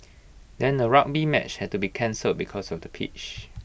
then A rugby match had to be cancelled because of the pitch